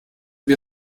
wir